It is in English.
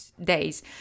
days